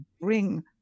bring